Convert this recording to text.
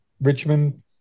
Richmond